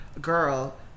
girl